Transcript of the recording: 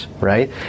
Right